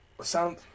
sound